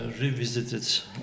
revisited